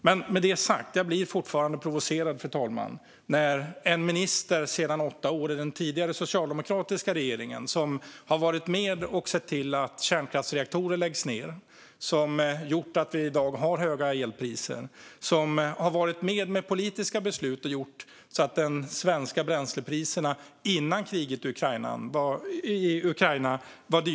Mikael Damberg var i åtta år minister i den tidigare socialdemokratiska regeringen och har med politiska beslut varit med och sett till att kärnkraftsreaktorer lagts ned, vilket har gjort att vi i dag har höga elpriser och att de svenska bränslepriserna redan innan kriget i Ukraina var högst i hela världen.